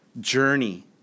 journey